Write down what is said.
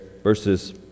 Verses